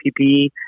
PPE